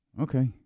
Okay